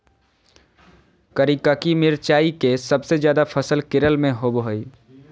करिककी मिरचाई के सबसे ज्यादा फसल केरल में होबो हइ